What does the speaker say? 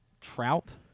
Trout